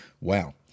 Wow